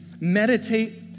Meditate